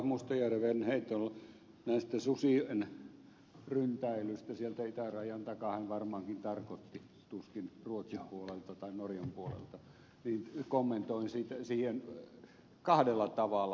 mustajärven heittoon näistä susien ryntäilystä sieltä itärajan takaa hän varmaankin tarkoitti tuskin ruotsin puolelta tai norjan puolelta kommentoin kahdella tavalla